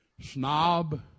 snob